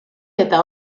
eta